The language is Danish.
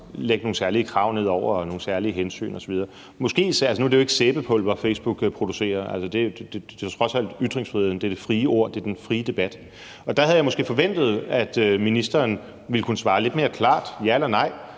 lægge nogle særlige krav og nogle særlige hensyn osv. ned over den. Nu er det jo ikke sæbepulver, Facebook producerer – det er trods alt ytringsfriheden, det er det frie ord, det er den frie debat, det handler om – og der havde jeg måske forventet, at ministeren, hvis vi er enige om, at det er et